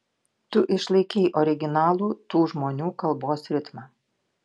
tu išlaikei originalų tų žmonių kalbos ritmą